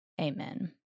Amen